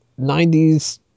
90s